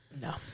No